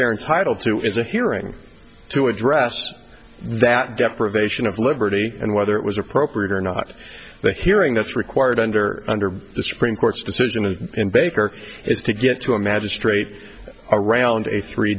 they're entitled to is a hearing to address that deprivation of liberty and whether it was appropriate or not the hearing that's required under under the supreme court's decision is in baker is to get to a magistrate around a three